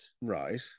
Right